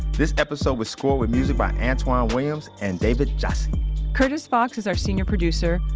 this episode was scored with music by antwan williams and david jassy curtis fox is our senior producer,